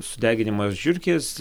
sudeginimas žiurkės